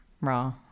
raw